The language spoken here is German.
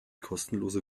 kostenlose